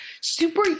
super